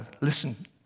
listen